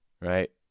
right